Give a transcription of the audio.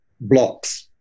blocks